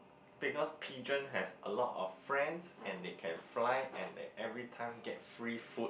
because pigeon has a lot of friends and they can fly and they everytime get free food